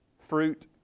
fruit